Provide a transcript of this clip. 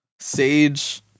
Sage